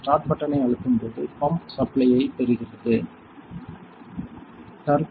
start button ஐ அழுத்தும்போது pump சப்ளையை பெறுகிறது Refer Time 1156